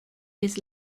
years